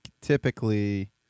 typically